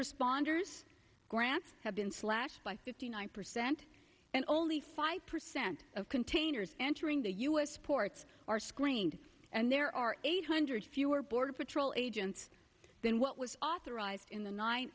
responders grants have been slashed by fifty nine percent and only five percent of containers entering the u s ports are screened and there are eight hundred fewer border patrol agents than what was authorized in the nine